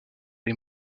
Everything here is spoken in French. les